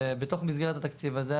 ובתוך מסגרת התקציב הזה,